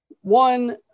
one